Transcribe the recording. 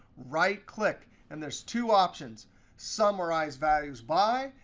right click. and there's two options summarize values by,